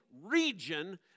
region